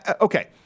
okay